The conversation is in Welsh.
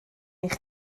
eich